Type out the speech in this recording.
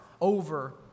over